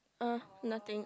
uh nothing